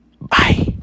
Bye